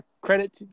credit